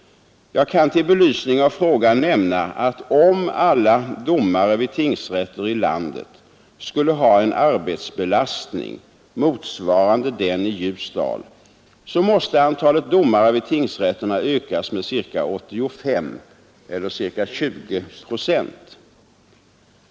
Jag kan till belysning av frågan nämna att om alla domare vid tingsrätter i landet skulle ha en arbetsbelastning motsvarande den i Ljusdal måste antalet domare vid tingsrätterna ökas med ca 85 stycken eller ca 20 procent.